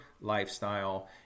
lifestyle